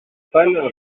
pâle